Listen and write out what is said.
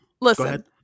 Listen